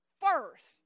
first